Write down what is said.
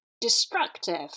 destructive